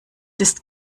ist